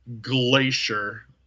Glacier